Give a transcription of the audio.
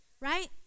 right